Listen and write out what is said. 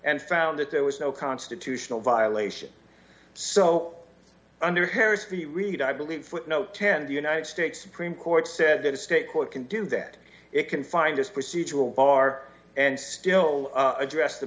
and found that there was no constitutional violation so under harris v reed i believe footnote ten the united states supreme court said that a state court can do that it can find this procedural bar and still address the